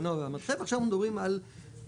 המנוע והמדחף ועכשיו אנחנו מדברים על פריטים.